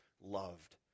loved